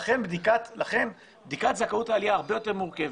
לכן בדיקת זכאות העלייה הרבה יותר מורכבת.